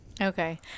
Okay